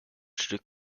stück